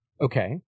Okay